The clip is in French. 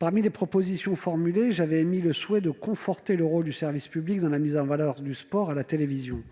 À cette occasion, j'avais émis le souhait de conforter le rôle du service public dans la mise en valeur du sport à la télévision.